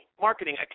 Marketing